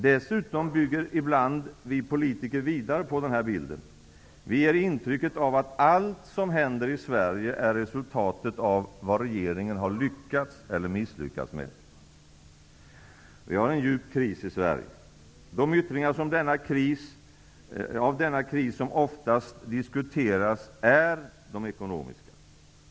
Dessutom bygger vi politiker ibland vidare på den här bilden. Vi ger intrycket av att allt som händer i Sverige är resultatet av vad regeringen har lyckats eller misslyckats med. Vi har en djup kris i Sverige. De yttringar av denna kris som oftast diskuteras är de ekonomiska.